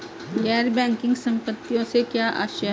गैर बैंकिंग संपत्तियों से क्या आशय है?